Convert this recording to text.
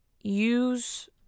use